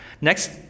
next